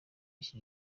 iki